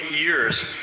years